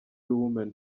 women